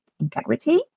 integrity